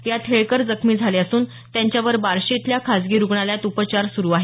यात हेळकर जखमी झाले असून त्यांच्यावर बार्शी इथल्या खासगी रुग्णालयात उपचार सुरु आहेत